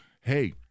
hey